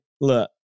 look